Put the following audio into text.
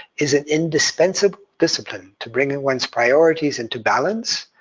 is an indispensable discipline to bring and one's priorities into balance,